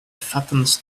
fattens